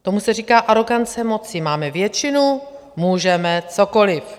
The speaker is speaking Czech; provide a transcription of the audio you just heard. Tomu se říká arogance moci máme většinu, můžeme cokoliv.